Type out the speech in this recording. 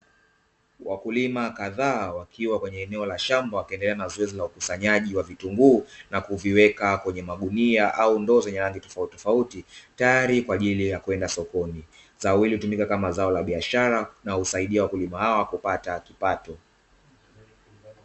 Wakulima kadhaa wakiwa kwenye eneo la shamba, wakiendelea na zoezi la ukusanyaji wa vitunguu na kuviweka kwenye magunia au ndoo zenye rangi tofautitofauti, tayari kwa ajili ya kwenda sokoni. Zao hili hutumika kama zao la biashara na husaidia wakulima hawa kupata kipato.